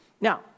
Now